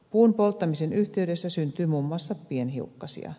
puun polttamisen yhteydessä syntyy muun muassa pienhiukkasia